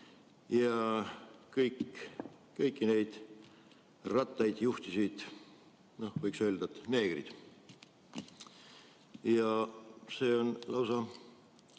kaheksa. Kõiki neid rattaid juhtisid, võiks öelda, neegrid. See on lausa